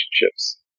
relationships